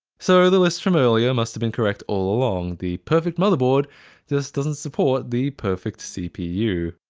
so the list from earlier must have been correct all along. the perfect motherboard just doesn't support the perfect cpu.